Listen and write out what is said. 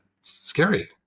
scary